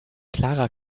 clara